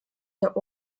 der